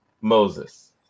Moses